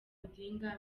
odinga